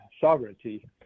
sovereignty